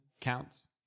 Counts